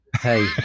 Hey